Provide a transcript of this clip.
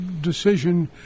decision